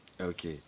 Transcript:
Okay